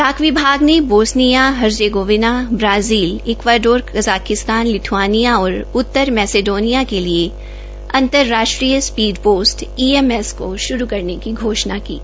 डाक विभाग ने Bosnia Herzegovina Brazil Ecuador Kazakhstan Lithuania और उत्तर मैसेडोनिया के लिए अंतर्राष्ट्रीय स्पीड पोस्ट ईएमएस को शुरू करने की घोषणा की है